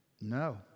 No